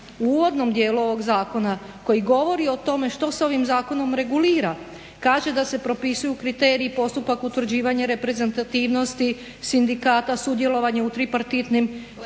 uvodnom dijelu ovog zakona koji govori o tome što se ovim zakonom regulira kaže da se propisuju kriteriji postupak utvrđivanje reprezentativnosti sindikata, sudjelovanje u tripartitnim